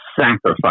sacrifice